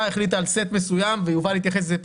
החליטה על סט מסוים ויובל תכף יתייחס לזה.